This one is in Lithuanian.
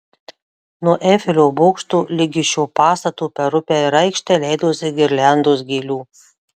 nuo eifelio bokšto ligi šio pastato per upę ir aikštę leidosi girliandos gėlių